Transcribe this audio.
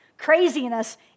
Craziness